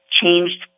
changed